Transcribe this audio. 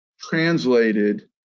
translated